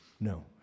No